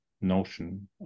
notion